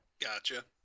Gotcha